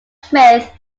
smith